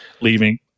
leaving